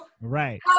Right